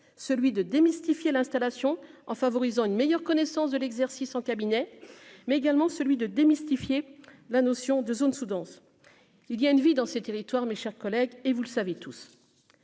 celui de démystifier l'installation en favorisant une meilleure connaissance de l'exercice en cabinet mais également celui de démystifier la notion de zone sous-dense, il y a une vie dans ces territoires, mes chers collègues, et vous le savez tous